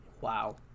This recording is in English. wow